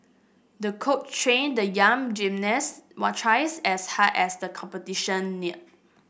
the coach trained the young gymnast twice as hard as the competition neared